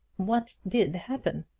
what did happen?